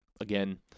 Again